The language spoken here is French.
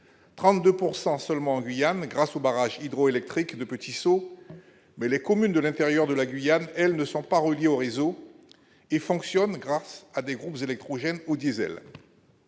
32 % seulement en Guyane, grâce au barrage hydroélectrique de Petit-Saut. Cependant, les communes de l'intérieur de la Guyane, elles, ne sont pas reliées au réseau et fonctionnent grâce à des groupes électrogènes au diesel.